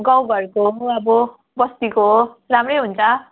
गाउँघरको हो अब बस्तीको हो राम्रै हुन्छ